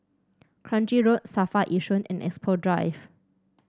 Kranji Road Safra Yishun and Expo Drive